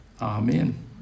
Amen